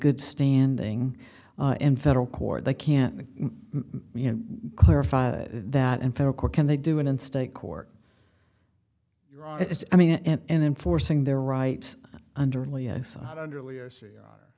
good standing in federal court they can clarify that in federal court can they do it in state court i mean and enforcing their rights u